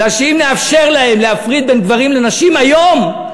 בגלל שאם נאפשר להם להפריד בין גברים לנשים היום,